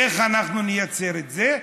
איך אנחנו נעשה את זה?